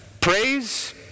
Praise